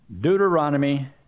Deuteronomy